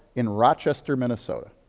in rochester, minnesota.